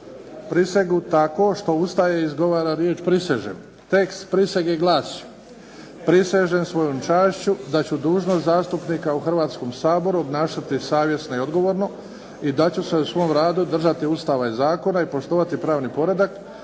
prisegu tako što ustaje i izgovara riječ prisežem. Tekst prisege glasi: Prisežem svojom čašću da ću dužnost zastupnika u Hrvatskom saboru obnašati savjesno i odgovorno i da ću se u svom radu držati Ustava i Zakona i poštovati pravni poredak,